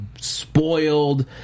spoiled